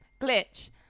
Glitch